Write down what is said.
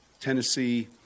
Tennessee